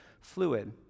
fluid